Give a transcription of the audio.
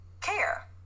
care